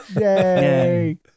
Yay